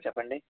హా చెప్పండి